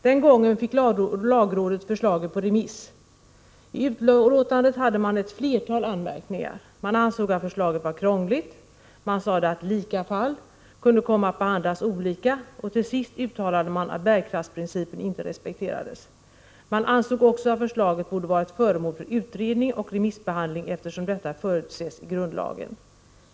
Den gången fick lagrådet förslaget på remiss. I utlåtandet hade man ett flertal anmärkningar. Man ansåg förslaget krångligt, man sade att ”lika fall” kunde komma att behandlas olika, och till sist uttalade man att bärkraftsprincipen inte respekterades. Man ansåg också att förslaget borde ha varit föremål för utredning och remissbehandling, eftersom detta förutsätts i grundlagen.